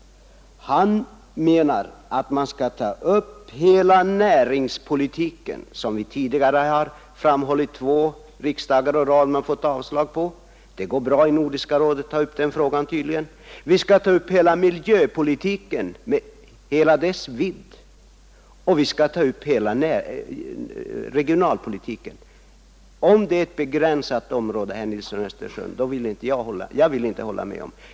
Statsministern menar att man skall ta upp hela näringspolitiken, ett förslag som vi tidigare har framlagt vid två riksdagar å rad men som har avslagits. Det går tydligen bra att i Nordiska rådet ta upp den frågan. Vi skall också ta upp hela miljöpolitiken i hela dess vidd, och vi skall ta upp hela regionalpolitiken. Jag vill inte, herr Nilsson i Östersund, hålla med om att det är ett begränsat område.